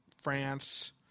France